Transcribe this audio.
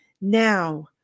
now